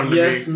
yes